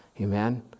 Amen